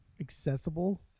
accessible